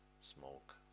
smoke